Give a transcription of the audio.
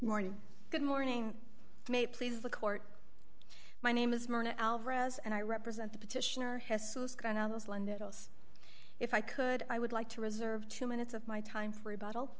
morning good morning may please the court my name is maria alvarez and i represent the petitioner has if i could i would like to reserve two minutes of my time for a bottle